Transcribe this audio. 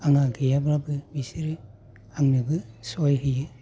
आंना गैयाब्लाबो बिसोरो आंनोबो सहाय होयो